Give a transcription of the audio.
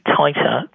tighter